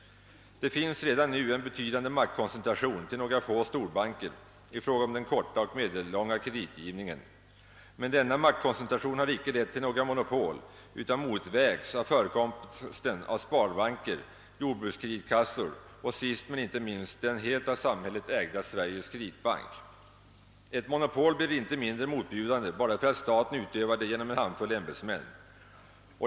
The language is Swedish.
Det finns redan nu en betydande maktkoncentration till några få storbanker i fråga om den korta och medellånga kreditgivningen. Men denna maktkoncentration har icke lett till något monopol, utan motvägs av förekomsten av sparbanker, jordbrukskreditkassor och, sist men icke minst, den helt av samhället ägda Sveriges kreditbank. Ett monopol blir icke mindre motbjudande endast för att staten utövar det genom en handfull ämbetsmän.